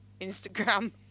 Instagram